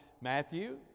Matthew